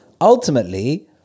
ultimately